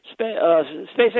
SpaceX